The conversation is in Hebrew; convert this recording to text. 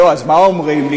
לא, אז מה אומרים לי?